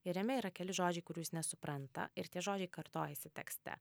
ir jame yra keli žodžiai kurių jis nesupranta ir tie žodžiai kartojasi tekste